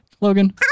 Logan